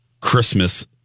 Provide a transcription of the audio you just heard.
Christmas